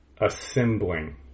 assembling